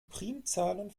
primzahlen